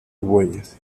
bueyes